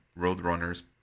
roadrunners